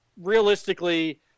realistically